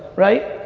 right,